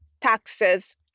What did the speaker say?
taxes